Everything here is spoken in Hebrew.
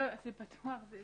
ניסיתי לפתוח אבל סגרתם לי.